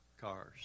cars